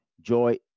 Joy